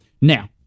Now